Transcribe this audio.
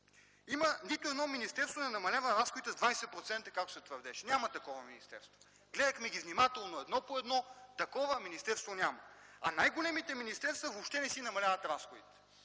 Нито едно министерство не намалява разходите с 20%, както се твърдеше, няма такова министерство! Гледахме ги внимателно едно по едно, такова министерство няма. А най-големите министерства въобще не намаляват разходите